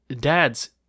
Dads